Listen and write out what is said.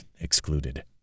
excluded